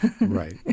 right